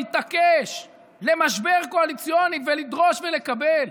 להתעקש, ובמשבר קואליציוני, לדרוש ולקבל.